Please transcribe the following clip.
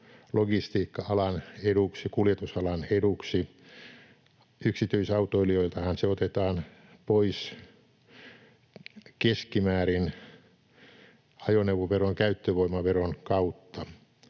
logistiikka-alan eduksi, kuljetusalan eduksi. Yksityisautoilijoiltahan se otetaan pois keskimäärin ajoneuvoveron käyttövoimaveron kautta.